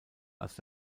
als